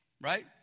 right